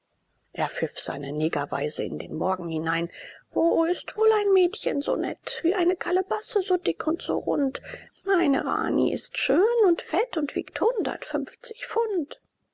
er pfiff seine negerweise in den morgen hinein wo ist wohl ein mädchen so nett wie eine kalebasse so dick und so rund meine rani ist schön und fett und wiegt hundertfünfzig pfund